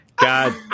god